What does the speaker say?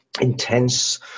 intense